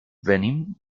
venim